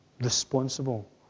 responsible